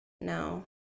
No